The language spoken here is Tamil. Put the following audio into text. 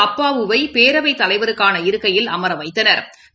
அப்பாவு வை பேரவைத் தலைவருக்கான இருக்கையில் அமரவைத்தனா்